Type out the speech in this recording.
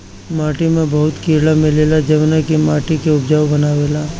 माटी में बहुते कीड़ा मिलेला जवन की माटी के उपजाऊ बनावेला